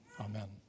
Amen